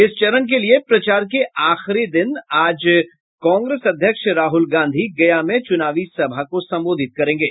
इस चरण के लिए प्रचार आखिरी आज दिन कांग्रेस अध्यक्ष राहुल गांधी आज गया में चुनावी सभा को संबोधित करेंगे